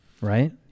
right